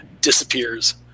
disappears